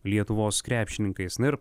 lietuvos krepšininkais na ir